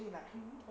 then you'll hmm